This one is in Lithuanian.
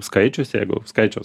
skaičius jeigu skaičiaus